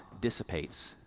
dissipates